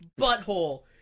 butthole